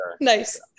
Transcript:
Nice